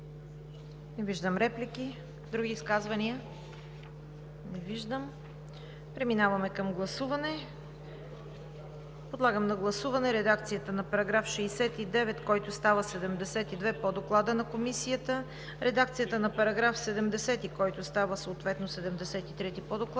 Не виждам. Други изказвания? Не виждам. Преминаваме към гласуване. Подлагам на гласуване редакцията на § 69, който става § 72 по Доклада на Комисията; редакцията на § 70, който става съответно § 73 по Доклада